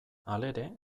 halere